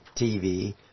TV